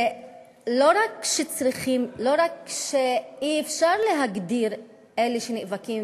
לא רק שאי-אפשר להגדיר את אלה שנאבקים